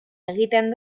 egiten